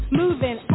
moving